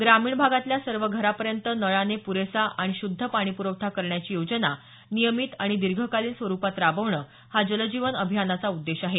ग्रामीण भागातल्या सर्व घरांपर्यंत नळाने प्रेसा आणि श्रद्ध पाणीप्रवठा करण्याची योजना नियमित आणि दीर्घकालीन स्वरुपात राबवणं हा जलजीवन अभियानाचा उद्देश आहे